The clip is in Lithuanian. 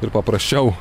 ir paprasčiau